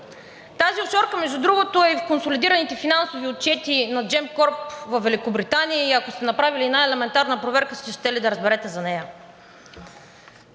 Тази офшорка между другото е в консолидираните финансови отчети на Gemcorp във Великобритания и ако сте направили една елементарна проверка, сте щели да разберете за нея.